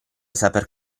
saperne